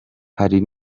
hari